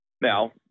Now